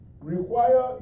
require